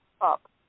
up